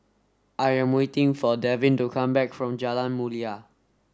I am waiting for Devin to come back from Jalan Mulia